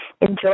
Enjoy